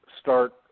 start